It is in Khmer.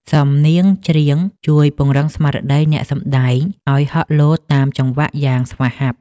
សំនៀងច្រៀងជួយពង្រឹងស្មារតីអ្នកសម្ដែងឱ្យហក់លោតតាមចង្វាក់យ៉ាងស្វាហាប់។